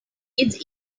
its